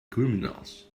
criminals